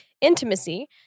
Intimacy